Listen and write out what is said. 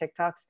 TikToks